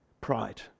pride